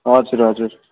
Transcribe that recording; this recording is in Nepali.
हजुर हजुर